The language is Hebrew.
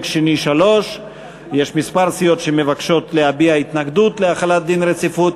שני 3). יש כמה סיעות שמבקשות להביע התנגדות להחלת דין רציפות.